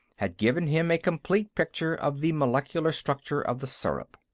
had given him a complete picture of the molecular structure of the syrup.